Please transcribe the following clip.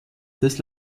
des